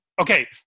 Okay